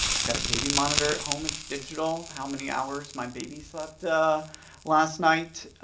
i've got a baby monitor at home, it's digital, how many hours my baby slept last night.